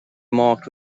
marked